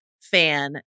fan